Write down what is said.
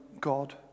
God